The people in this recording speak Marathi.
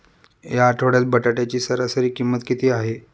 या आठवड्यात बटाट्याची सरासरी किंमत किती आहे?